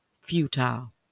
futile